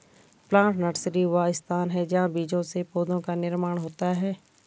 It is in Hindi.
प्लांट नर्सरी वह स्थान है जहां बीजों से पौधों का निर्माण होता है